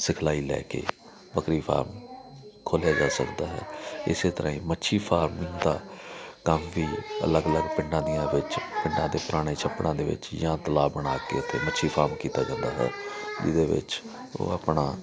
ਸਿਖਲਾਈ ਲੈ ਕੇ ਬੱਕਰੀ ਫਾਰਮ ਖੋਲ੍ਹਿਆ ਜਾ ਸਕਦਾ ਹੈ ਇਸੇ ਤਰ੍ਹਾਂ ਹੀ ਮੱਛੀ ਫਾਰਮ ਦਾ ਕੰਮ ਵੀ ਅਲੱਗ ਅਲੱਗ ਪਿੰਡਾਂ ਦੀਆਂ ਵਿੱਚ ਪਿੰਡਾਂ ਦੇ ਪੁਰਾਣੇ ਛੱਪੜਾਂ ਦੇ ਵਿੱਚ ਜਾਂ ਤਲਾਬ ਬਣਾ ਕੇ ਉੱਥੇ ਮੱਛੀ ਫਾਰਮ ਦਾ ਕੀਤਾ ਜਾਂਦਾ ਜਿਹਦੇ ਵਿੱਚ ਉਹ ਆਪਣਾ